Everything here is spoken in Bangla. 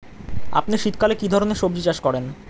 আপনি শীতকালে কী ধরনের সবজী চাষ করেন?